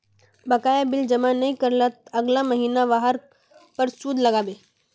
बकाया बिल जमा नइ कर लात अगला महिना वहार पर सूद लाग बे